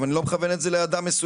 אבל אני לא מכוון את זה לאדם מסוים,